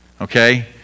okay